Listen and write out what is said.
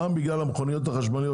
גם בגלל המכוניות החשמליות,